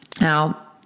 Now